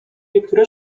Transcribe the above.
niektóre